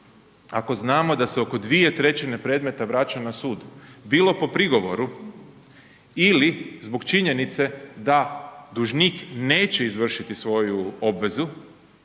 Ako znamo da se oko 2/3 predmeta vraća sud, bilo po prigovoru ili zbog činjenice da dužnik neće izvršiti svoju obvezu,